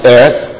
earth